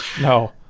No